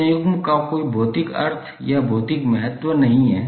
तो इस संलयन में संयुग्म का कोई भौतिक अर्थ या भौतिक महत्व नहीं है